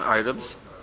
items